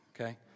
Okay